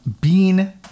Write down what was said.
Bean